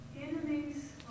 Enemies